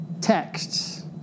texts